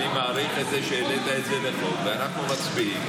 אני מעריך את זה שהעלית את זה בחוק ואנחנו מצביעים,